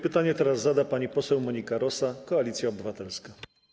Pytanie zada pani poseł Monika Rosa, Koalicja Obywatelska.